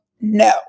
no